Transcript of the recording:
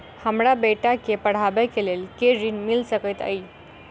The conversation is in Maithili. हमरा बेटा केँ पढ़ाबै केँ लेल केँ ऋण मिल सकैत अई?